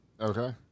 Okay